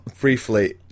briefly